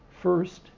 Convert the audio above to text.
first